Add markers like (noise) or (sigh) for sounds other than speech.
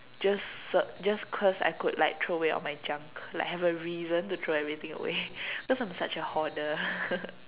just search just cause I could just like throw away all my junk like have a reason to throw everything away (laughs) cause I'm such a hoarder (laughs)